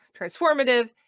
transformative